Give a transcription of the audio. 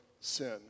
sin